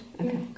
Okay